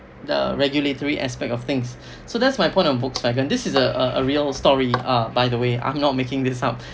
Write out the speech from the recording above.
the regulatory aspect of things so that's my point on Volkswagen this is a a real story uh by the way I'm not making this up